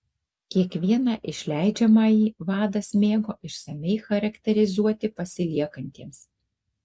kiekvieną išleidžiamąjį vadas mėgo išsamiai charakterizuoti pasiliekantiems